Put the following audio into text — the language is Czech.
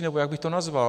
Nebo jak bych to nazval?